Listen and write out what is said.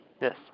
Yes